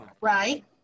Right